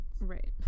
right